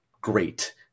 great